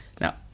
Now